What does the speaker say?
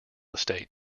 estate